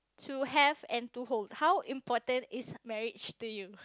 to have and to hold how important is marriage to you